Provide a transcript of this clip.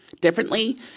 differently